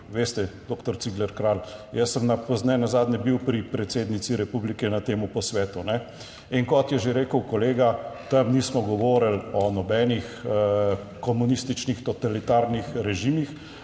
veste, doktor Cigler Kralj, jaz sem nenazadnje bil pri predsednici republike na tem posvetu. In kot je že rekel kolega, tam nismo govorili o nobenih komunističnih totalitarnih režimih.